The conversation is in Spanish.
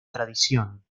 tradición